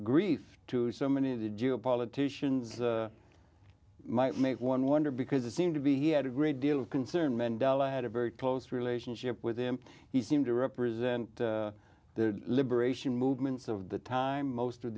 grief to so many of the geopolitics sions might make one wonder because it seemed to be he had a great deal of concern mandela had a very close relationship with him he seemed to represent the liberation movements of the time most of